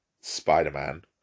Spider-Man